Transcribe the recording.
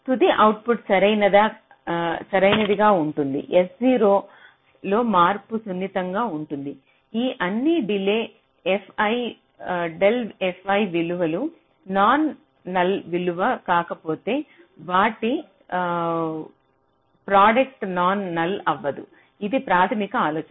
తుది అవుట్పుట్ సరైనదిగా ఉంటుంది f0 లో మార్పుకు సున్నితంగా ఉంటుంది ఈ అన్ని డెల్ fi విలువలలు నాన్ నల్ విలువ కాకపోతే వాటి ప్రాడెక్ట్స్ నాన్ నల్ అవ్వదు ఇది ప్రాథమిక ఆలోచన